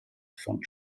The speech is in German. von